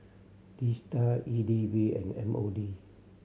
DSTA E D B and M O D